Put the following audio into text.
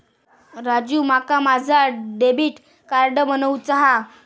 राजू, माका माझा debit card बनवूचा हा